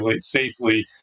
safely